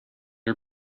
our